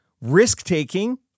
Risk-taking